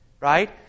right